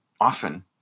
often